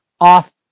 off